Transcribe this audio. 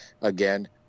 again